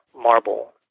marble